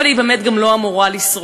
אבל היא באמת גם לא אמורה לשרוד.